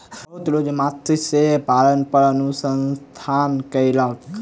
बहुत लोक मत्स्य पालन पर अनुसंधान कयलक